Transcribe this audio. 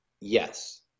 Yes